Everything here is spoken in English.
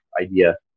idea